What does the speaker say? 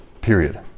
Period